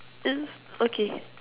it's okay